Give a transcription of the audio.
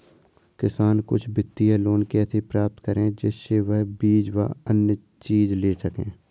किसान कुछ वित्तीय लोन कैसे प्राप्त करें जिससे वह बीज व अन्य चीज ले सके?